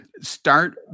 start